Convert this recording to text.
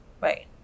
Right